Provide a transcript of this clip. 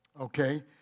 Okay